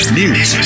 news